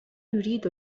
يريد